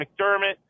McDermott